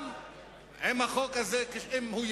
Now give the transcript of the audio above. גם אם החוק הזה יתקבל,